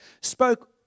spoke